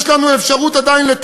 יש לנו עדיין אפשרות לתקן.